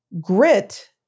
grit